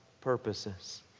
purposes